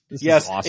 Yes